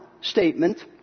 statement